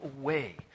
away